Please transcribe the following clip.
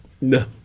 No